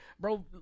Bro